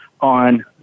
on